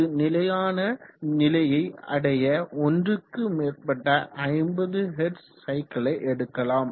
அது நிலையான நிலையை அடைய ஒன்றுக்கு மேற்பட்ட 50 ஹெர்ட்ஸ் சைக்கிளை எடுக்கலாம்